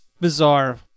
bizarre